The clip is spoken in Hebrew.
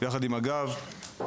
עם מג״ב,